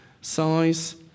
size